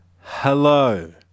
hello